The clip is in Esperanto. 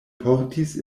portis